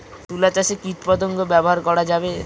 তুলা চাষে কীটপতঙ্গ ব্যবহার করা যাবে?